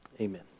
amen